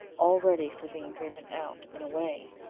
all ready for being driven out and away.